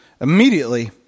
Immediately